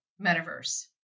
metaverse